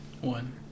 One